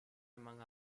among